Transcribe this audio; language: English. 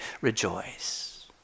rejoice